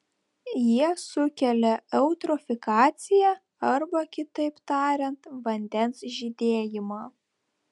jie sukelia eutrofikaciją arba kitaip tariant vandens žydėjimą